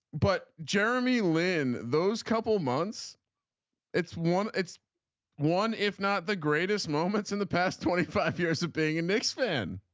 but jeremy lin those couple months it's one it's one if not the greatest moments in the past twenty five years of being a and mixed fan.